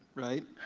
right?